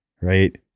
right